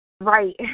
Right